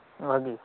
ᱵᱷᱟᱜᱮᱹ